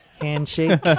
handshake